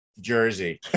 Jersey